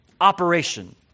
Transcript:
operation